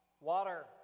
water